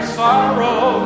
sorrow